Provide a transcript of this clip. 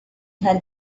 had